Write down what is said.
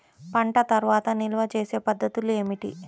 పంట తర్వాత నిల్వ చేసే పద్ధతులు ఏమిటి?